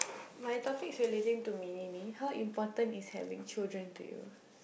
my topic is relating to mini-me how important is having children to you